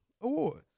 award